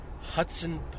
Hudson